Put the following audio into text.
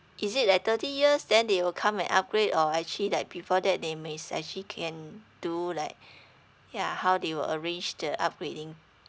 is it like thirty years then they will come and upgrade or actually like before that they may actually can do like yeah how they will arrange the upgrading